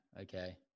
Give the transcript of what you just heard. Okay